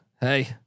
hey